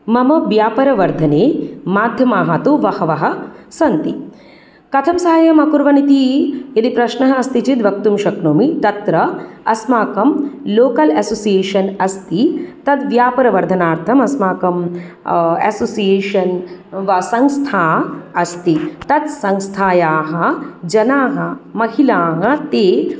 मम व्यापारवर्धने माध्यमाः तु वहवः सन्ति कथं सहाय्यं अकुर्वन्निति यदि प्रश्नः अस्ति चेत् वक्तुम् शक्नोमि तत्र अस्माकं लोकल् असोस्येशन् अस्ति तद् व्यापारवर्धनार्थम् अस्माकं असोस्येशन् वा संस्था अस्ति तत् संस्थायाः जनाः महिलाः ते